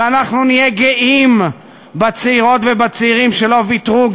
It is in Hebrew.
ואנחנו נהיה גאים בצעירות ובצעירים שלא ויתרו,